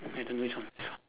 I don't know which one this one